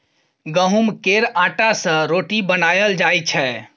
गहुँम केर आँटा सँ रोटी बनाएल जाइ छै